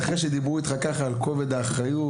אחרי שדיברו איתך ככה על כובד האחריות,